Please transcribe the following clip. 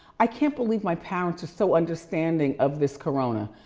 i can't believe my parents are so understanding of this corona,